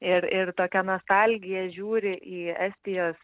ir ir tokia nostalgija žiūri į estijos